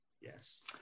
Yes